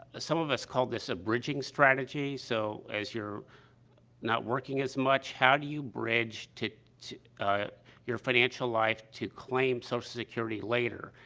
some of us call this a bridging strategy. so, as you're not working as much, how do you bridge to your financial life to claim social so security later?